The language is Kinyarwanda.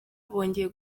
bongeye